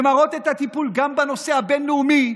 ומראות את הטיפול גם בנושא הבין-לאומי,